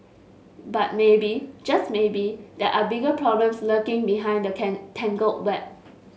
but maybe just maybe there are bigger problems lurking behind the tangled web